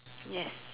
yes